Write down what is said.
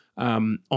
On